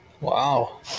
Wow